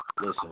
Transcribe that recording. listen